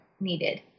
needed